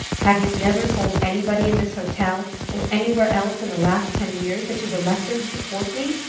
have you never told anybody in this hotel or anywhere else in the last ten years that you were lecturing to support me?